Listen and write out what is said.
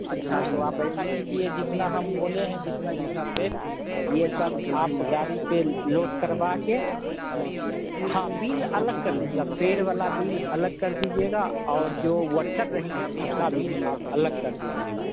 अच्छा तो आप ऐसा कीजिए जितना हम बोले हैं जितना जितना पेड़ यह सब आप गाड़ी पर लोड करवाकर हाँ बिल अलग कर दीजिएगा पेड़ वाला बिल अलग कर दीजिएगा और जो वर्कर रहेंगे उसका बिल आप अलग कर दीजिएगा